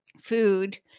food